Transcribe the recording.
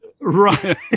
Right